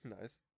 Nice